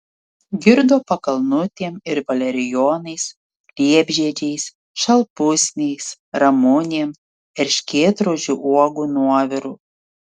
girdo pakalnutėm ir valerijonais liepžiedžiais šalpusniais ramunėm erškėtrožių uogų nuoviru